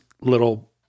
little